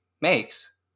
makes